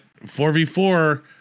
4v4